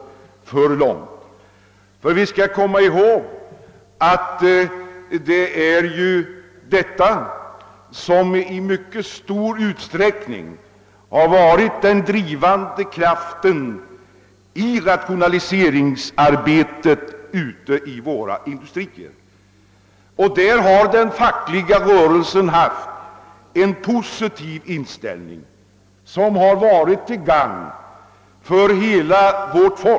Vi skall komma ihåg att det är detta krav som i mycket stor utsträckning har varit den drivande kraf ten i rationaliseringsarbetet ute i våra industrier. Den fackliga rörelsen har haft en positiv inställning, som har varit till gagn för hela vårt folk.